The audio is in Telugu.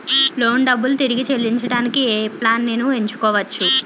లోన్ డబ్బులు తిరిగి చెల్లించటానికి ఏ ప్లాన్ నేను ఎంచుకోవచ్చు?